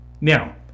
Now